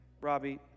Robbie